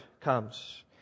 comes